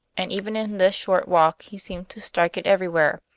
and even in this short walk he seemed to strike it everywhere.